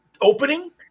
opening